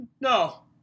No